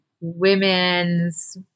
women's